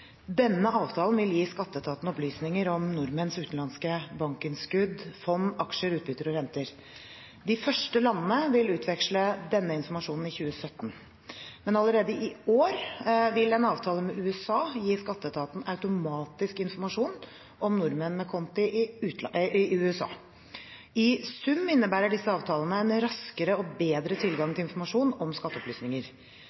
Denne avtalen vil gi Skatteetaten opplysninger om nordmenns utenlandske bankinnskudd, fond, aksjer, utbytter og renter. De første landene vil utveksle denne informasjonen i 2017, men allerede i år vil en avtale med USA gi Skatteetaten automatisk informasjon om nordmenn med konti i USA. I sum innebærer disse avtalene en raskere og bedre tilgang til informasjon om skatteopplysninger.